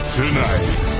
tonight